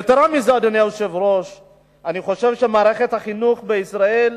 יתירה מזאת, אני חושב שמערכת החינוך בישראל